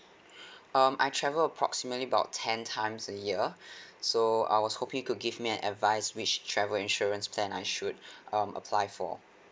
um I travel approximately about ten times a year so I was hoping you could give me an advice which travel insurance plan I should um apply for